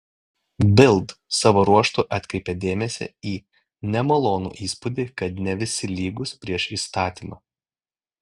bild savo ruožtu atkreipė dėmesį į nemalonų įspūdį kad ne visi lygūs prieš įstatymą